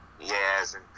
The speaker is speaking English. Yes